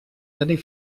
tenir